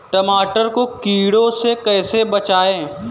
टमाटर को कीड़ों से कैसे बचाएँ?